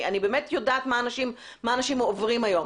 אני באמת יודעת מה אנשים עוברים היום.